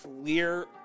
clear